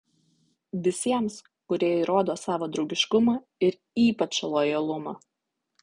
visiems kurie įrodo savo draugiškumą ir ypač lojalumą